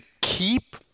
keep